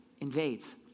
invades